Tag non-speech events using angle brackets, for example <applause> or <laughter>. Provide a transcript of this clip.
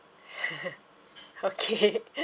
<laughs> okay